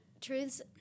truths